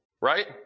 Right